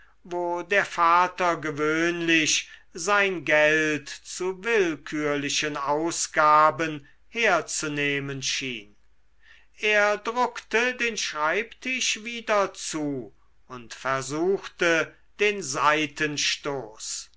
wo der vater gewöhnlich sein geld zu willkürlichen ausgaben herzunehmen schien er druckte den schreibtisch wieder zu und versuchte den